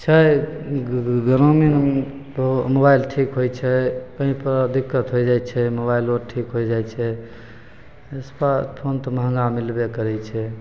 छै ग्रामीण मोबाइल ठीक होइ छै कहीँपर दिक्कत होइ जाइ छै मोबाइलो ठीक होइ जाइ छै इस्मार्ट फोन तऽ महगा मिलबे करै छै